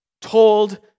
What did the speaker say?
told